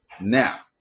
now